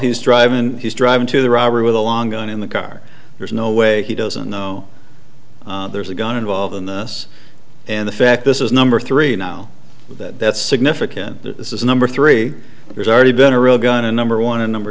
he's driving and he's driving to the robbery with a long gun in the car there's no way he doesn't know there's a gun involved in this and the fact this is number three now that that's significant this is number three there's already been a real gun to number one and number